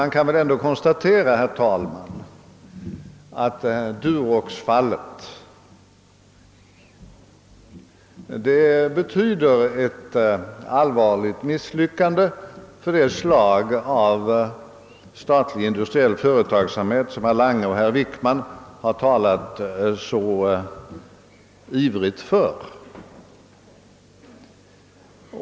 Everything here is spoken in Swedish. Det kan emellertid, herr talman, konstateras att Duroxfallet innebär ett allvarligt misslyckande för det slag av statlig industriell företagsamhet som herr Lange och herr Wickman har talat så ivrigt för.